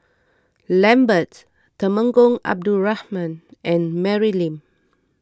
Lambert Temenggong Abdul Rahman and Mary Lim